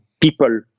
people